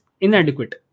inadequate